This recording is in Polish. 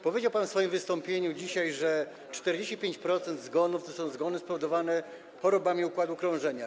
Powiedział pan dzisiaj w swoim wystąpieniu, że 45% zgonów to są zgony spowodowane chorobami układu krążenia.